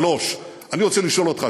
3. אני רוצה לשאול אותך,